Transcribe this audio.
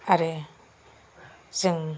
आरो जों